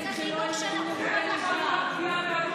איזה שר חינוך מעודד שלא ילמדו לימודי ליבה?